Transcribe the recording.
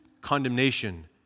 condemnation